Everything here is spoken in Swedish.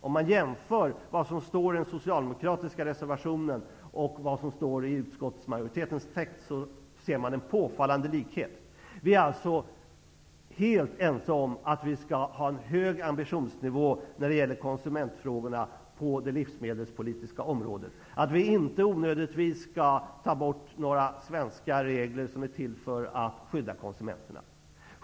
Om man jämför vad som står i den socialdemokratiska reservationen och vad som står i utskottsmajoritetens text ser man en påfallande likhet. Vi är alltså helt ense om att ha en hög ambitionsnivå när det gäller konsumentfrågorna på det livsmedelspolitiska området och att inte onödigtvis ta bort några svenska regler som är till för att skydda konsumenterna.